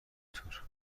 طور